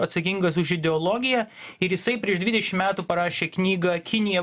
atsakingas už ideologiją ir jisai prieš dvidešim metų parašė knygą kinija